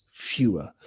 fewer